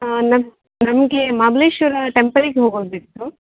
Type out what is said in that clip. ಹಾಂ ನಮಗೆ ಮಹಾಬಲೇಶ್ವರ ಟೆಂಪಲಿಗೆ ಹೋಗೋದಿತ್ತು